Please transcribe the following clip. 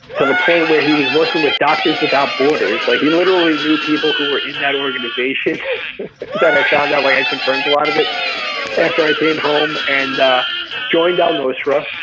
to the point where he was working with doctors without borders. like he literally knew people who were in that organization that i found out like i confirmed a lot of it after i came home. and joined al-nusra,